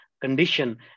condition